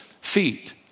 feet